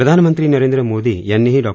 प्रधानमंत्री नरेंद्र मोदी यांनीही डॉ